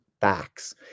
facts